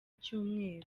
cyumweru